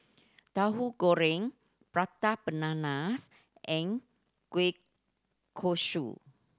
Tahu Goreng prata bananas and Kuih Kaswi